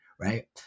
right